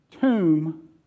tomb